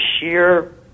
sheer